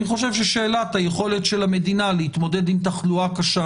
אני חושב ששאלת היכולת של המדינה להתמודד עם תחלואה קשה